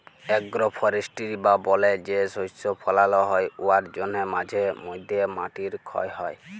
agro forestry বা বলে যে শস্য ফলাল হ্যয় উয়ার জ্যনহে মাঝে ম্যধে মাটির খ্যয় হ্যয়